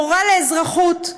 מורה לאזרחות,